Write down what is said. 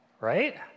right